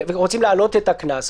וגם רוצים להעלות את הקנס.